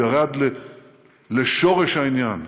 הוא ירד לשורש העניין,